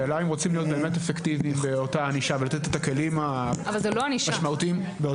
זה לגבי מועד תחילת של הצו, המועד הדחוי.